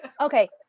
Okay